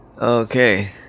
Okay